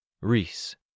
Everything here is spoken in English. Reese